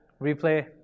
replay